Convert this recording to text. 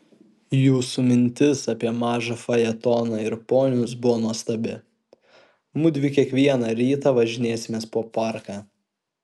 jūsų mintis apie mažą fajetoną ir ponius buvo nuostabi mudvi kiekvieną rytą važinėsimės po parką